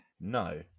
No